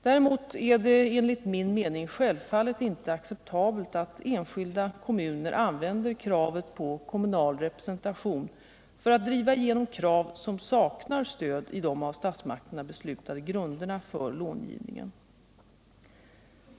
Däremot är det enligt min mening självfallet inte acceptabelt att enskilda kommuner använder kravet på kommunal representation för att driva igenom krav som saknar stöd i de av statsmakterna beslutade grunderna för långivningen.